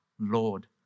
Lord